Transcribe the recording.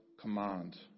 command